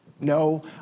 No